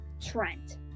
Trent